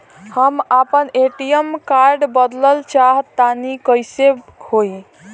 हम आपन ATM card बदलल चाह तनि कइसे होई?